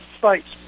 Thanks